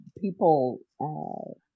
People